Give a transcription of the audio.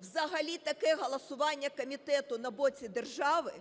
взагалі таке голосування комітету на боці держави